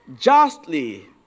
justly